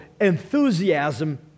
enthusiasm